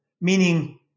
Meaning